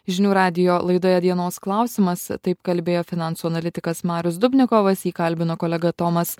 žinių radijo laidoje dienos klausimas taip kalbėjo finansų analitikas marius dubnikovas jį kalbino kolega tomas